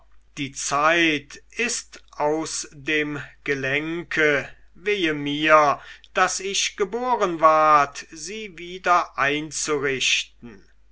die zeit ist aus dem gelenke wehe mir daß ich geboren ward sie wieder einzurichten